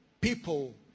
people